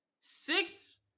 Six